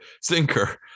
sinker